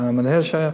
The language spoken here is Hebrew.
המנהל שהיה.